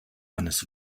eines